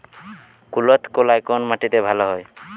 কুলত্থ কলাই কোন মাটিতে ভালো হয়?